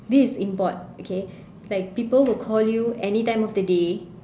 this is import okay like people will call you any time of the day